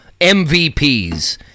MVPs